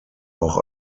auch